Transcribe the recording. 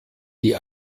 die